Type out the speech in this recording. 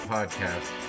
Podcast